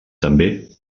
també